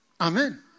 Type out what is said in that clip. Amen